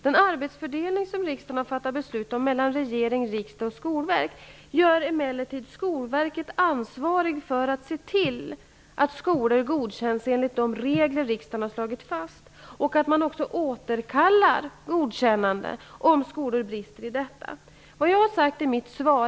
Den arbetsfördelning som riksdagen fattat beslut om mellan regering, riksdag och skolverk gör emellertid Skolverket ansvarigt för att se till att skolor godkänns enligt de regler riksdagen har slagit fast och att man återkallar godkännande för de skolor som brister i detta.